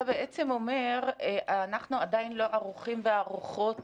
אתה בעצם אומר שאנחנו עדיין לא ערוכים וערוכות